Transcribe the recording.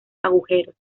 agujeros